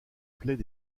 plaies